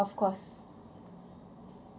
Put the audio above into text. of course